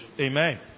Amen